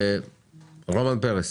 רומן פרס,